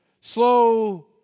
Slow